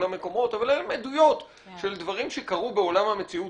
המקומות אבל הן עדויות של דברים שקרו בעולם המציאות.